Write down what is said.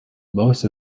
most